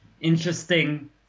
interesting